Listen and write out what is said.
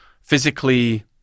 physically